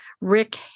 Rick